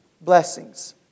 blessings